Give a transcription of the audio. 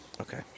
okay